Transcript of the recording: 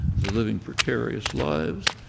they're living precarious lives,